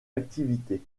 activité